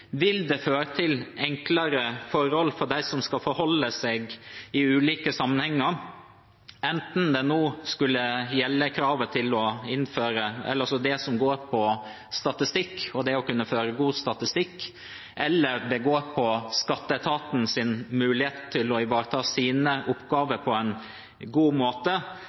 Vil det føre til enklere forhold for dem som skal forholde seg til det i ulike sammenhenger, enten det gjelder det som går på å føre god statistikk, eller det går på skatteetatens mulighet til å ivareta sine oppgaver på en god måte?